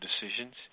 decisions